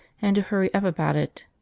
and to hurry up about it.